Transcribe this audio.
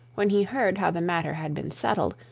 when he heard how the matter had been settled,